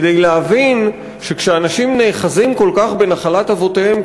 כדי להבין שכשאנשים נאחזים כל כך בנחלת אבותיהם,